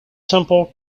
temple